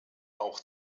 auch